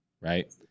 right